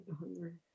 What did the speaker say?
Hunger